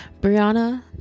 Brianna